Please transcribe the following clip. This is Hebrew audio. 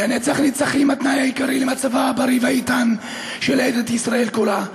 " לנצח נצחים התנאי העיקרי למצבה הבריא והאיתן של ארץ ישראל כולה.